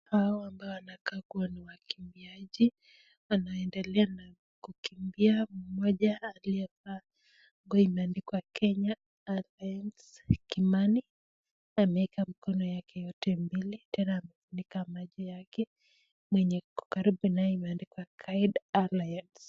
Hawa ambao wanakaa kuwa ni wakimbiaji wanaendelea na kukimbia, mmoja aliyevaa nguo imeandikwa Kenya Anthens Kimani ameweka mikono yake yote mbili tena amefunika macho yake mwenye iko karibu naye imeandikwa Kind Aliens.